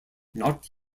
not